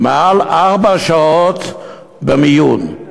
מעל ארבע שעות במיון,